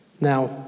Now